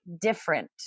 different